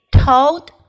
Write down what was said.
told